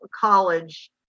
college